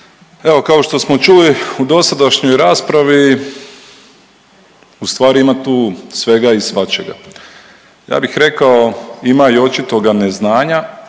Evo kao što smo čuli u dosadašnjoj raspravi ustvari ima tu svega i svačega, ja bih rekao ima i očitoga neznanja,